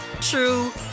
true